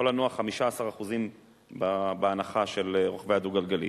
לנוע 15% בהנחה של רוכבי הדו-גלגלי.